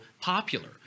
popular